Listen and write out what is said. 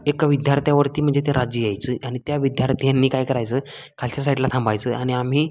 एका विद्यार्थ्यावरती म्हणजे त्या राज्य यायचं आणि त्या विद्यार्थ्यांनी काय करायचं खालच्या साईडला थांबायचं आणि आम्ही